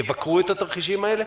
יבקרו את התרחישים האלה?